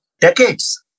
Decades